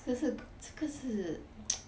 这是这个是